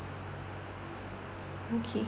okay